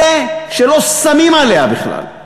אלה שלא שמים עליה בכלל.